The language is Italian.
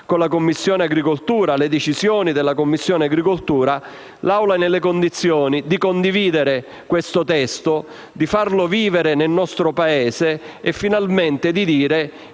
con le decisioni della Commissione agricoltura, l'Assemblea è nelle condizioni di condividere il testo in esame, di farlo vivere nel nostro Paese e finalmente di dire